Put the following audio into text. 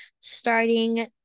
starting